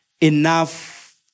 enough